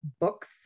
Books